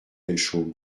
delchaume